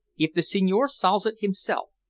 if the signore solves it himself,